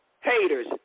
haters